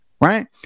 right